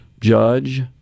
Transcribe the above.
judge